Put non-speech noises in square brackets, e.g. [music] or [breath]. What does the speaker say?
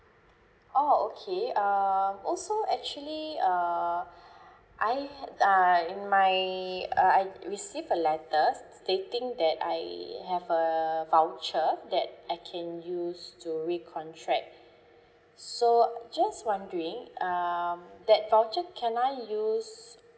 oh okay um also actually err [breath] I had ah in my uh I receive a letter s~ stating that I have err voucher that I can use to recontract [breath] so just wondering um that voucher can I use